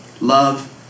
love